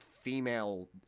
female